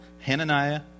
Hananiah